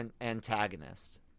antagonist